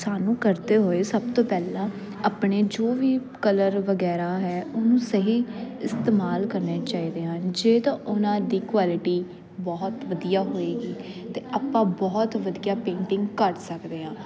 ਸਾਨੂੰ ਕਰਦੇ ਹੋਏ ਸਭ ਤੋਂ ਪਹਿਲਾਂ ਆਪਣੇ ਜੋ ਵੀ ਕਲਰ ਵਗੈਰਾ ਹੈ ਉਹਨੂੰ ਸਹੀ ਇਸਤੇਮਾਲ ਕਰਨਾ ਚਾਹੀਦੇ ਹਨ ਜੇ ਤਾਂ ਉਹਨਾਂ ਦੀ ਕੁਆਲਿਟੀ ਬਹੁਤ ਵਧੀਆ ਹੋਏਗੀ ਤਾਂ ਆਪਾਂ ਬਹੁਤ ਵਧੀਆ ਪੇਂਟਿੰਗ ਕਰ ਸਕਦੇ ਹਾਂ